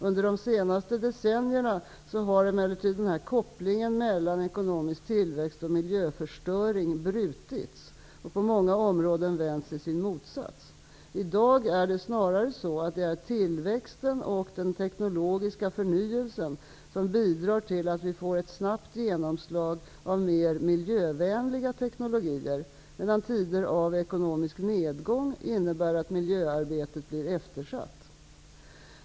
Under de senaste decennierna har emellertid denna koppling mellan ekonomisk tillväxt och miljöförstöring brutits och på många områden vänts i sin motsats. I dag är det snarare så att det är tillväxten och den teknologiska förnyelsen som bidrar till att vi får ett snabbt genomslag av mer miljövänliga teknologier, medan tider av ekonomisk nedgång innebär att miljöarbetet blir eftersatt.